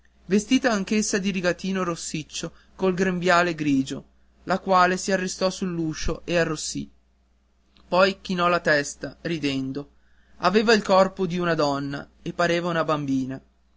vestita anch'essa di rigatino rossiccio col grembiale grigio la quale si arrestò sull'uscio e arrossì poi chinò la testa ridendo aveva il corpo d'una donna e pareva una bambina